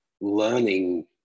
learning